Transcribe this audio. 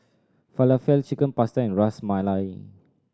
Falafel Chicken Pasta and Ras Malai